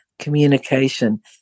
communication